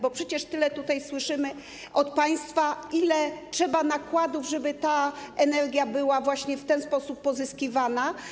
Bo przecież tyle tutaj słyszymy od państwa, ile trzeba nakładów, żeby ta energia była właśnie w ten sposób pozyskiwana.